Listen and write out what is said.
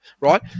right